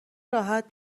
راحت